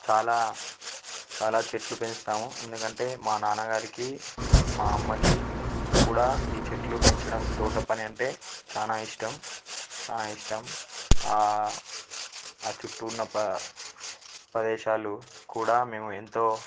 చాలా చాలా చెట్లు పెంచుతాము ఎందుకంటే మా నాన్నగారికి మా అమ్మకి కూడా ఈ చెట్లు పెంచడం తోట పని అంటే చాలా ఇష్టం చాలా ఇష్టం ఆ చుట్టు ఉన్న ప ప్రదేశాలు కూడా మేము ఎంతో